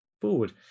forward